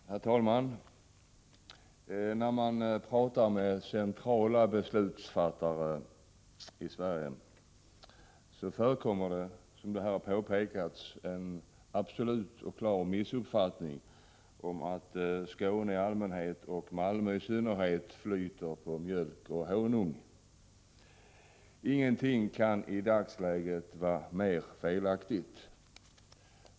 Herr talman! När man talar med centrala beslutsfattare i Sverige framgår att det, som här har påpekats, föreligger en klar missuppfattning om att Skåne i allmänhet och Malmö i synnerhet flyter av mjölk och honung. Ingenting kan i dagsläget vara mer felaktigt.